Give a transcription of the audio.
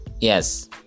Yes